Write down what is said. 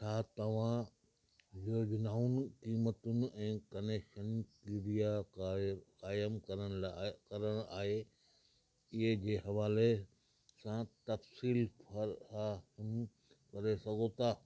छा तव्हां योजनाउनि क़ीमतुनि ऐं कनेक्शन क्रीअ क़ाइमु क़ाइमु करण लाइ करणु आहे इहे जे हवाले सां तफ़सीलु फ़राहमु करे सघो था